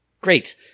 Great